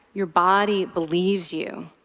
your body believes you,